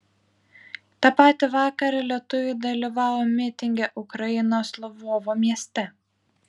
tą patį vakarą lietuviai dalyvavo mitinge ukrainos lvovo mieste